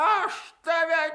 aš tave